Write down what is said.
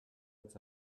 its